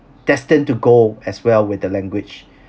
destined to go as well with the language